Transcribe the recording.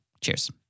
Cheers